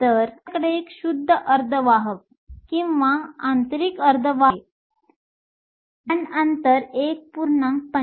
तर आपल्याकडे एक शुद्ध अर्धवाहक किंवा एक आंतरिक अर्धवाहक आहे बँड अंतर 1